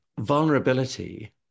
vulnerability